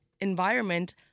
environment